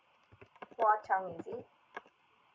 kuo chuan is it